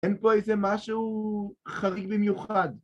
אין פה איזה משהו חריג במיוחד.